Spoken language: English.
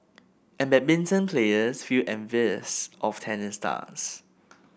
and badminton players feel envious of tennis stars